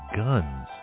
guns